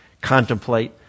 contemplate